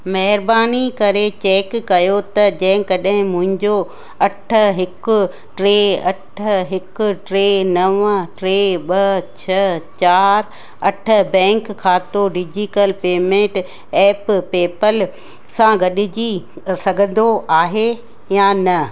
महिरबानी करे चैक कयो त जंहिं कॾहिं मुंहिंजो अठ हिकु टे अठ हिकु टे नव टे ॿ छह चार अठ बैंक खातो digital payment app PayPal सां गॾिजी सघंदो आहे या न